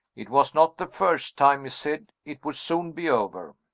it was not the first time, he said it would soon be over.